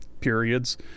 periods